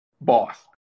boss